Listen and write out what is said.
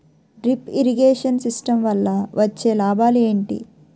Drip irrigation system వల్ల వచ్చే లాభాలు ఏంటి?